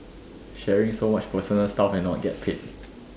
sharing so much personal stuff and not get paid